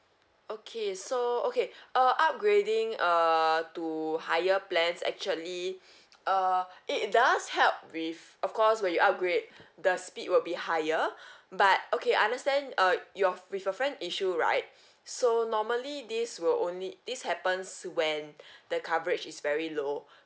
okay so okay uh upgrading err to higher plans actually err it does help with of course when you upgrade the speed will be higher but okay understand uh your with your friend issue right so normally this will only this happens when the coverage is very low